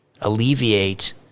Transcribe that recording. alleviate